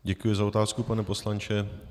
Děkuji za otázku, pane poslanče.